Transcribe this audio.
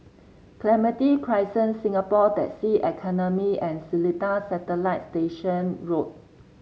Clementi Crescent Singapore Taxi Academy and Seletar Satellite Station Road